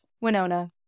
Winona